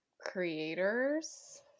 creators